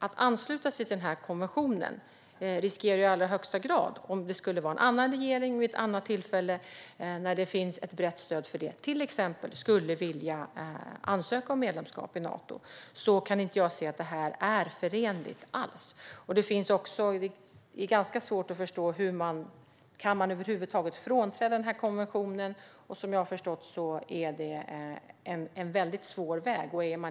Att ansluta sig till denna konvention riskerar i allra högsta grad att skapa problem om en annan regering vid ett annat tillfälle, om det finns ett brett stöd, till exempel skulle vilja ansöka om medlemskap i Nato. Jag anser att det inte är förenligt. Det är svårt att förstå om det över huvud taget går att frånträda konventionen. Jag har förstått att det är en svår väg.